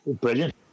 brilliant